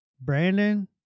Brandon